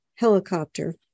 helicopter